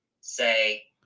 say